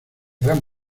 gran